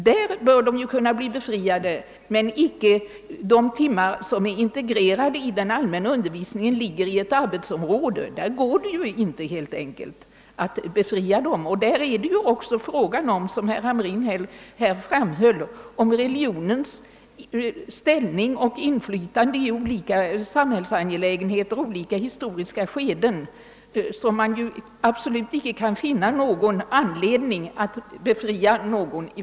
Där bör de kunna bli befriade, men det går helt enkelt inte att befria dem från undervisningen under de timmar som är integrerade i den allmänna undervisningen och ligger i ett arbetsområde. Därvidlag är det ju också — som herr Hamrin i Kalmar framhöll — fråga om religionens ställning och inflytande när det gäller olika samhällsangelägenheter och olika historiska skeenden och där man absolut inte kan finna anledning att befria någon.